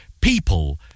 people